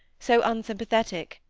so unsympathetic.